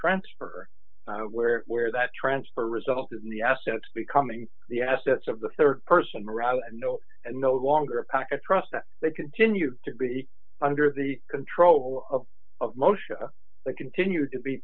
transfer where where that transfer resulted in the assets becoming the assets of the rd person morale and no and no longer a pac a trust that they continue to be under the control of of moesha they continue to be